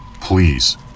Please